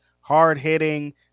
Hard-hitting